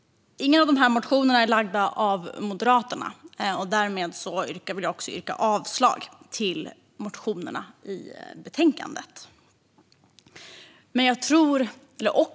Ingen av motionerna har väckts av Moderaterna, och därför yrkar jag avslag på motionerna i betänkandet.